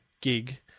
gig